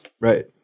Right